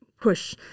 push